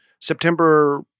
September